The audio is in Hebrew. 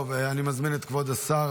אני מזמין את כבוד שר